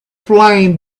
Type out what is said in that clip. flame